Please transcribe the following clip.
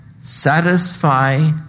satisfy